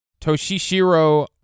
Toshishiro